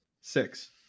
six